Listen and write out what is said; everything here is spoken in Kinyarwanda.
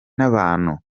n’abantu